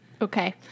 Okay